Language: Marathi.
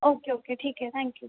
ओके ओके ठीक आहे थँक्यू